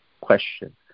question